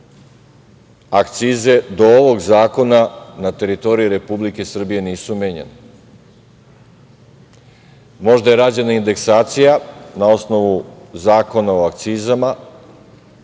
akcize do ovog zakona na teritoriji Republike Srbije nisu menjane. Možda je rađena indeksacija na osnovu Zakona o akcizama,